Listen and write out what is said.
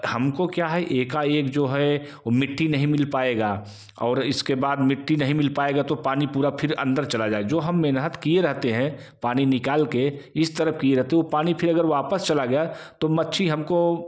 तो हम को क्या है एकाएक जो है वो मिट्टी नहीं मिल पाएगा और इसके बाद मिट्टी नहीं मिल पाएगा तो पानी पूरा फिर अन्दर चला जाए जो हम मेनहत किए रहते हैं पानी निकालने के इस तरफ़ किए रहते वो पानी फिर अगर वापस चला गया तो मच्छी हम को